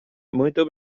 muito